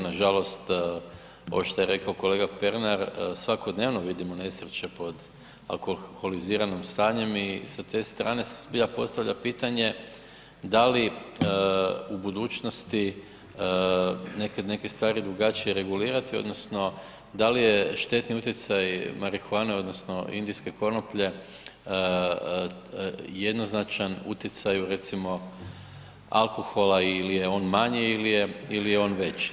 Nažalost ovo što je rekao kolega Pernar svakodnevno vidimo nesreće pod alkoholiziranim stanjem i sa te strane se zbilja postavlja pitanje da li u budućnosti neke, neke stvari drugačije regulirati odnosno da li je štetni utjecaj marihuane odnosno indijske konoplje jednoznačan utjecaju recimo alkohola ili je on manji ili je, ili je on veći.